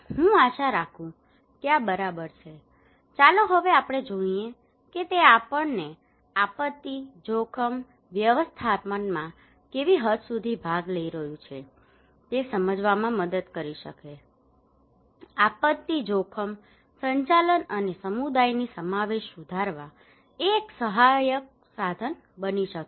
હું આશા રાખું છું કે આ બરાબર છે ચાલો હવે આપણે જોઈએ કે તે આપણને આપત્તિ જોખમ વ્યવસ્થાપનમાં કેવી હદ સુધી ભાગ લઈ રહ્યું છે તે સમજવામાં મદદ કરી શકે આપત્તિ જોખમ સંચાલન અને સમુદાયની સમાવેશ સુધારવા માટે તે એક સહાયક સાધન બની શકે